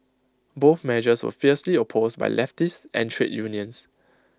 both measures were fiercely opposed by leftists and trade unions